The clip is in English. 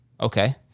Okay